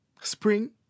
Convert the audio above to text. Spring